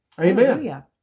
Amen